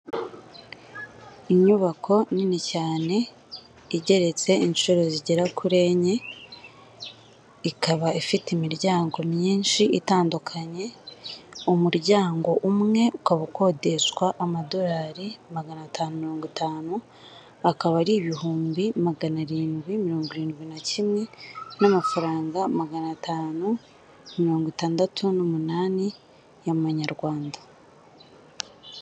Inyubako nini cyane igeretse inshuro zigera kuri enye, ikaba ifite imiryango myinshi itandukanye, umuryango umwe ukaba ukodeshwa amadorari magana atanu mirongo itanu, akaba ari ibihumbi magana arindwi mirongo irindwi na kimwe n'amafaranga magana atanu mirongo itandatu n'umunani y'amanyarwanda.